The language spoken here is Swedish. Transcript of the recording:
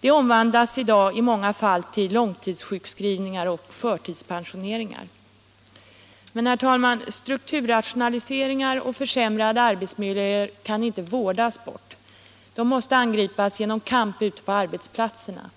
det omvandlas i dag i många fall till långtidssjukskrivningar och förtidspensioneringar. Men, herr talman, strukturrationaliseringar och försämrade arbetsmiljöer kan inte vårdas bort — de måste angripas genom kamp ute på arbetsplatserna.